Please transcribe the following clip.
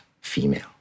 female